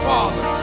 Father